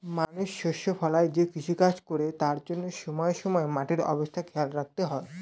মানুষ শস্য ফলায় যে কৃষিকাজ করে তার জন্যে সময়ে সময়ে মাটির অবস্থা খেয়াল রাখতে হয়